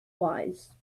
wise